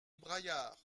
braillard